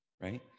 right